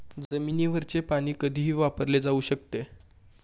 जमिनीवरचे पाणी कधीही वापरले जाऊ शकते